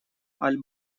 аль